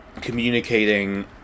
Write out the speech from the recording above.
communicating